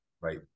Right